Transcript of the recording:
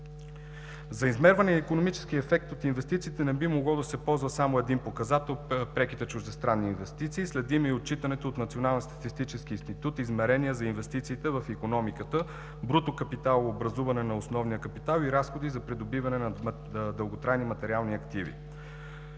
За измерване на икономическия ефект от инвестициите не би могло да се ползва само един показател – преките чуждестранни инвестиции. Следим и отчитането от Националния статистически институт измерения за инвестициите в икономиката, бруто капиталообразуване на основния капитал и разходи за придобиване на дълготрайни материални активи.